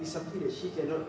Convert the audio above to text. is something that she cannot